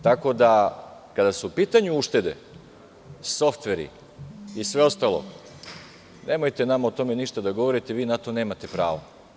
Tako da, kada su u pitanju uštede, softveri i sve ostalo, nemojte nama o tome ništa da govorite, vi na to nemate pravo.